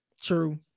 True